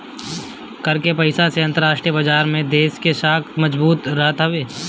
कर के पईसा से अंतरराष्ट्रीय बाजार में देस के साख मजबूत रहत हवे